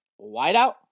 wideout